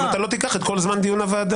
אם לא תיקח את כל זמן דיון הוועדה.